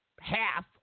half